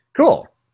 cool